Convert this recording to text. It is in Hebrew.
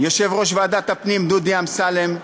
יושב-ראש ועדת הפנים דודי אמסלם,